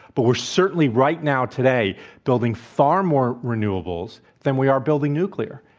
but we're certainly right now today building far more renewables than we are building nuclear.